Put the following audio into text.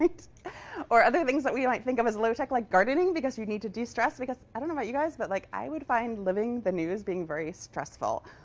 or other things that we might think of as low-tech, like gardening, because you need to de-stress. because i don't know about you guys, but like i would find living the news being very stressful.